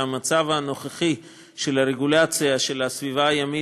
שהמצב הנוכחי של הרגולציה של הסביבה הימית